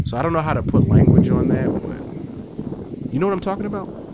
so i don't know how to put language on that, but you know what i'm talking about?